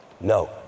No